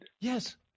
Yes